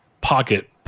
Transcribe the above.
pocket